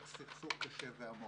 כאשר יש סכסוך קשה ועמוק.